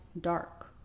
dark